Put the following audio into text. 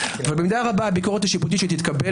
אבל במידה רבה הביקורת השיפוטית שתתקבל